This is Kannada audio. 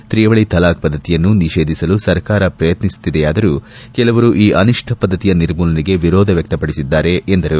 ತ್ರಿವಳಿ ತಲಾಖ್ ಪದ್ಧತಿಯನ್ನು ನಿಷೇಧಿಸಲು ಸರ್ಕಾರ ಪ್ರಯತ್ನಿಸುತ್ತಿದೆಯಾದರೂ ಕೆಲವರು ಈ ಅನಿಷ್ಠ ಪದ್ದತಿಯ ನಿರ್ಮೂಲನೆಗೆ ವಿರೋಧ ವ್ಯಕ್ತಪಡಿಸಿದ್ದಾರೆ ಎಂದರು